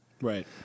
Right